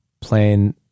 playing